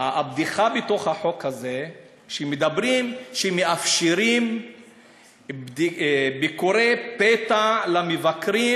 הבדיחה בחוק הזה היא שמאפשרים ביקורת פתע למבקרים